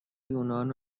یونان